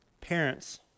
Parents